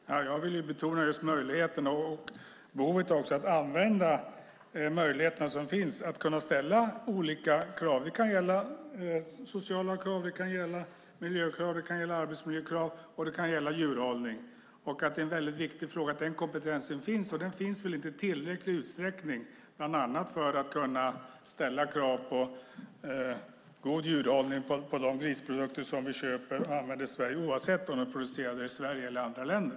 Fru talman! Jag ville betona möjligheterna och behovet av att använda de möjligheter som finns för att ställa olika krav. Det kan gälla sociala krav, miljökrav, arbetsmiljökrav och krav på djurhållning. Det är viktigt att den kompetensen finns. Men den finns knappast i tillräcklig utsträckning för att kunna bland annat ställa krav på god djurhållning på de grisprodukter som vi köper och använder i Sverige, oavsett om de är producerade i Sverige eller i andra länder.